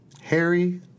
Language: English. Harry